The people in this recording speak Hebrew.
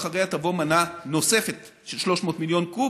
ואחריה תבוא מנה נוספת של 300 מיליון קוב.